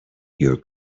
your